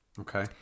Okay